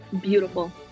Beautiful